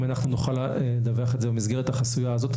אם אנחנו נוכל לדווח את זה במסגרת החסויה הזאת,